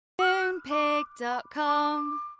Moonpig.com